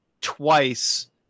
twice